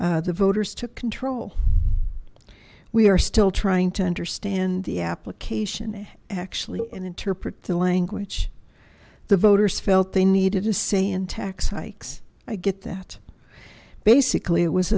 the voters took control we are still trying to understand the application and actually and interpret the language the voters felt they needed to say in tax hikes i get that basically it was